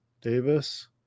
Davis